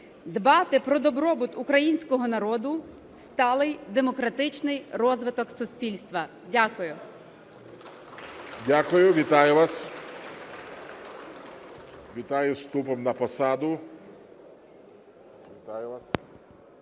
дбати про добробут Українського народу, сталий демократичний розвиток суспільства. Дякую.